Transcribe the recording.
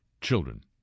children